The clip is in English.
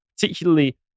particularly